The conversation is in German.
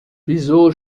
wieso